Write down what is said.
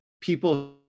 people